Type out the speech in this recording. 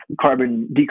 carbon